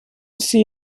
see